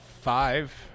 five